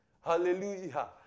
Hallelujah